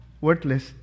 worthless